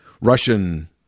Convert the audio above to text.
Russian